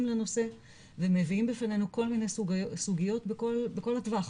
לנושא ומביאים בפנינו כל מיני סוגיות בכל הטווח,